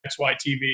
XYTV